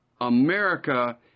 America